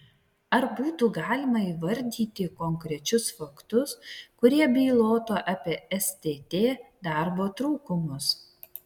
ar būtų galima įvardyti konkrečius faktus kurie bylotų apie stt darbo trūkumus